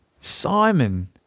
Simon